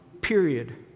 period